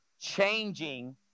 changing